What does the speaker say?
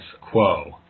quo